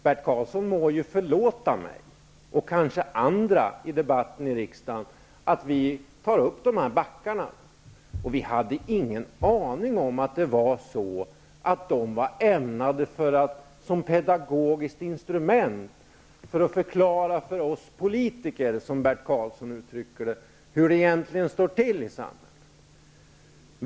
Bert Karlsson må förlåta mig, och kanske andra i debatten i riksdagen, att vi tar upp detta med backarna. Vi hade ingen aning om att de var ämnade som pedagogiskt instrument för att förklara för oss politiker, som Bert Karlsson uttrycker det, hur det egentligen står till i samhället.